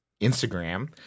Instagram